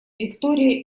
виктория